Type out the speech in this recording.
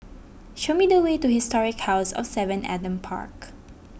show me the way to Historic House of Seven Adam Park